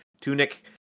Tunic